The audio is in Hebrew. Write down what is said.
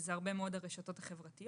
וזה הרבה מאוד הרשתות החברתיות.